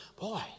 Boy